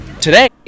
today